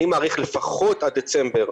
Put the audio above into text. אני מעריך לפחות עד דצמבר